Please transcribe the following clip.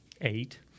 Eight